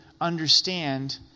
understand